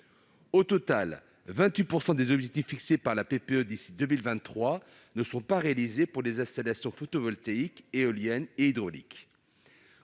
Au total, 28 % des objectifs fixés par la PPE d'ici à 2023 ne sont pas réalisés pour les installations photovoltaïques, éoliennes et hydrauliques.